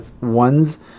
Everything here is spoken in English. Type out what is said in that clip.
one's